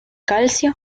calcio